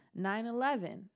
9-11